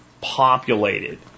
populated